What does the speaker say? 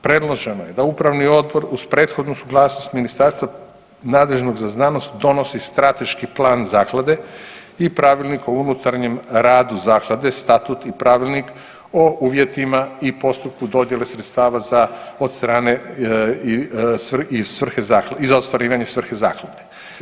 Predloženo je da upravni odbor uz prethodnu suglasnost ministarstva nadležnog za znanost donosi strateški plan zaklade i pravilnik o unutarnjem radu zaklade, statut i pravilnik o uvjetima i postupku dodijele sredstava za, od strane i svrhe zaklade i za ostvarivanje svrhe zaklade.